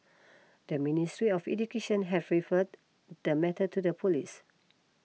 the Ministry of Education has referred the the matter to the police